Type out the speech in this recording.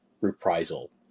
reprisal